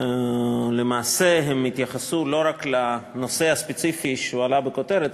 הן למעשה התייחסו לא רק לנושא הספציפי שעלה בכותרת,